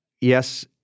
yes